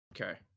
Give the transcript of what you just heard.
okay